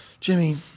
Jimmy